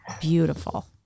beautiful